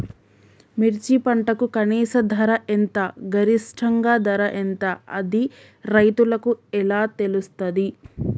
మిర్చి పంటకు కనీస ధర ఎంత గరిష్టంగా ధర ఎంత అది రైతులకు ఎలా తెలుస్తది?